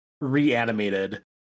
reanimated